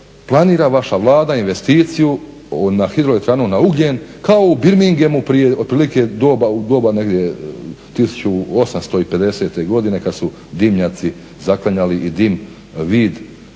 planira vaša Vladu investiciju hidroelektranu na ugljen kao u Birmingenu prije otprilike u doba negdje 1850.godine kada su dimnjaci zaklanjali i dim vid